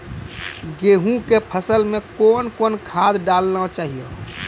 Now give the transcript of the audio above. गेहूँ के फसल मे कौन कौन खाद डालने चाहिए?